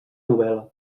novel·la